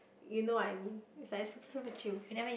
you know what I mean it's like super chill